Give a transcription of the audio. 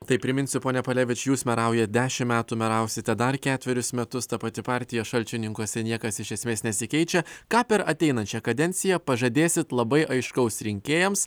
tai priminsiu pone palevič jūs meraujat dešimt metų merausite dar ketverius metus ta pati partija šalčininkuose niekas iš esmės nesikeičia ką per ateinančią kadenciją pažadėsit labai aiškaus rinkėjams